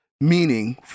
Meaning